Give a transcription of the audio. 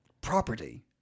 property